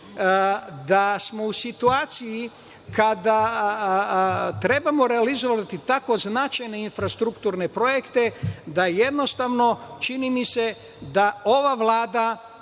da smo u situaciji kada trebamo realizovati tako značajne infrastrukturne projekte da jednostavno, čini mi se da ova Vlada